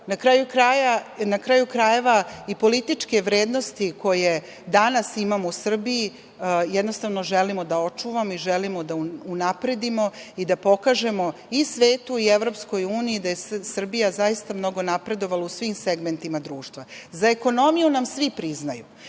na kraju krajeva i političke vrednosti koje danas imamo u Srbiji želimo da očuvamo i želimo da unapredimo i da pokažemo svetu i Evropskoj uniji da je Srbija mnogo napredovala u svim segmentima društva.Za ekonomiju nam svim priznaju